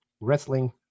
wrestling